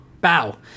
bow